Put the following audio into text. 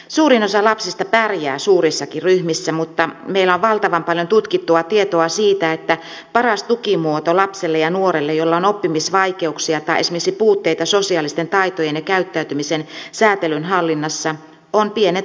suurin osa lapsista pärjää suurissakin ryhmissä mutta meillä on valtavan paljon tutkittua tietoa siitä että paras tukimuoto lapselle ja nuorelle jolla on oppimisvaikeuksia tai esimerkiksi puutteita sosiaalisten taitojen ja käyttäytymisen säätelyn hallinnassa on pienet ryhmäkoot